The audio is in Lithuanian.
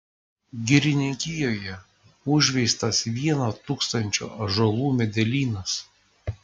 girininkijoje užveistas vieno tūkstančio ąžuolų medelynas